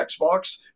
Xbox